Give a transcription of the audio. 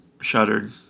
shuddered